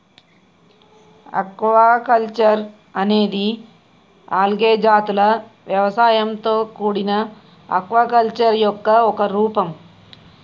aquaculture అనేది algae జాతుల వ్యవసాయంతో కూడిన ఆక్వాకల్చర్ యొక్క ఒక రూపం